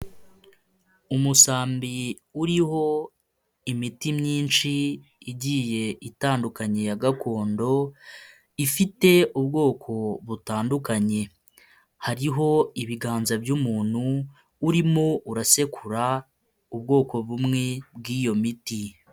Umusambi uriho imiti myinshi igiye itandukanye ya gakondo, ifite ubwoko butandukanye. Hariho ibiganza by'umuntu urimo urasekura ubwoko bumwe bw'iyo miti.